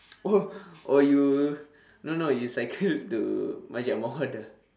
oh oh you no no you cycle to masjid